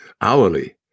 hourly